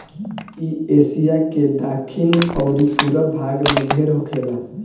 इ एशिया के दखिन अउरी पूरब भाग में ढेर होखेला